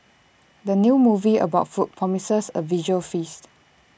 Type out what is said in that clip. the new movie about food promises A visual feast